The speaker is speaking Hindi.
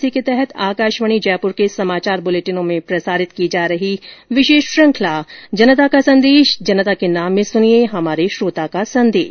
इसी के तहत आकाशवाणी जयपूर के समाचार बुलेटिनों में प्रसारित की जा रही विशेष श्रुखंला जनता का संदेश जनता के नाम में सुनिये हमारे श्रोता का संदेश